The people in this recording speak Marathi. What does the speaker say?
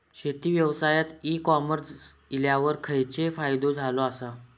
शेती व्यवसायात ई कॉमर्स इल्यावर खयचो फायदो झालो आसा?